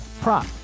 prop